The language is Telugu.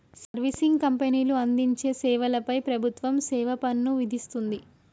సర్వీసింగ్ కంపెనీలు అందించే సేవల పై ప్రభుత్వం సేవాపన్ను విధిస్తుంది